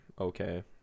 okay